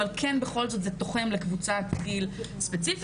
אבל כן בכל זאת זה תוחם לקבוצת גיל ספציפית,